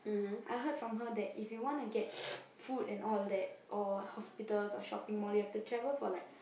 I heard from her that if you want to get food and all that or hospital or shopping mall you have to travel for like